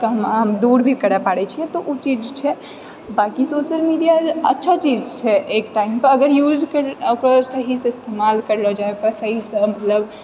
हम दूर भी करै पाड़ै छिऐ तऽ ओ चीज छिऐ बाँकि सोशल मीडिया अच्छा चीज छै एक टाइम पर अगर यूज ओकर सहिसँ इस्तेमाल करलो जाइ पर सहिसँ मतलब